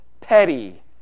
petty